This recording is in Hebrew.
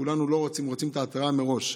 כולנו לא רוצים, רוצים את ההתראה מראש.